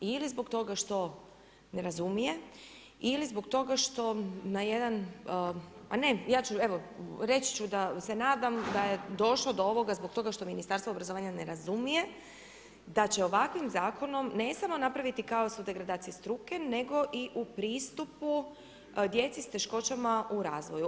Ili zbog toga što ne razumije ili zbog toga što na jedan, ma ne, ja ću evo, reći ću da se nadam da je došlo do ovoga zbog toga što Ministarstvo obrazovanja ne razumije da će ovakvim zakonom, ne samo napraviti kaos u degradaciji struke, nego i u pristupu djeci s teškoćama u razvoju.